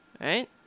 right